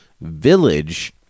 Village